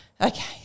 Okay